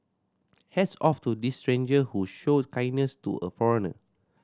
hats off to this stranger who showed kindness to a foreigner